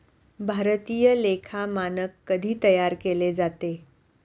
भारतीय लेखा मानक कधी तयार केले जाते?